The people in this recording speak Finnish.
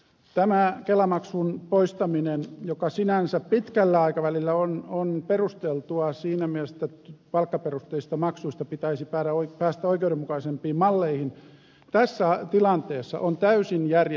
tämä kelamaksun poistaminen joka sinänsä pitkällä aikavälillä on perusteltua siinä mielessä että palkkaperusteisista maksuista pitäisi päästä oikeudenmukaisempiin malleihin on tässä tilanteessa täysin järjetön toimenpide